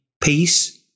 peace